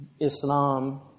Islam